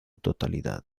totalidad